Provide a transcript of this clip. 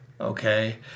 okay